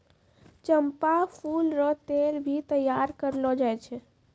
चंपा फूल रो तेल भी तैयार करलो जाय छै